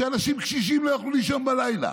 כשאנשים קשישים לא יכלו לישון בלילה,